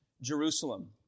Jerusalem